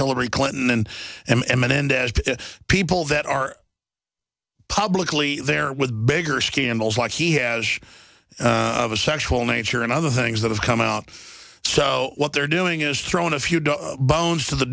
hillary clinton and end as people that are publicly there with bigger scandals like he has of a sexual nature and other things that have come out so what they're doing is throwing a few bones t